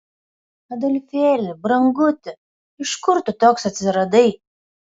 adolfėli branguti iš kur tu toks atsiradai